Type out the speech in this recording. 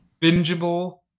bingeable